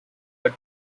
but